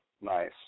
Nice